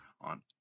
on